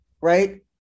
right